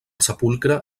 sepulcre